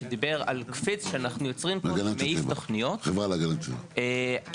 כשדיברת על קפיץ מעיף תוכניות שאנחנו יוצרים פה.